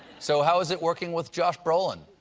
so how is it working with josh brolan?